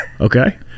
Okay